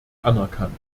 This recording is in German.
anerkannt